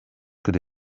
could